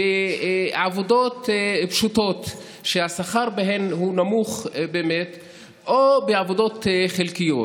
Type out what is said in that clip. בעבודות פשוטות שהשכר בהן הוא נמוך או בעבודות חלקיות.